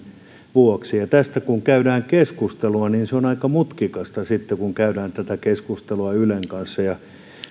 vuoksi tästä kun käydään keskustelua niin se on aika mutkikasta sitten kun käydään tätä keskustelua ylen kanssa